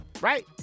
Right